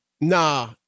Nah